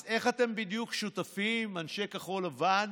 אז איך אתם בדיוק שותפים, אנשי כחול לבן,